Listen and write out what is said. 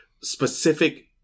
specific